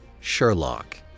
Sherlock